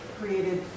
created